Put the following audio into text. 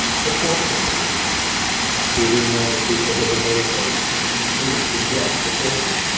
proportionally to the amount of people who were meditating in exact proportion.